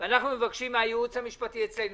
ואנחנו מבקשים מהייעוץ המשפטי אצלנו,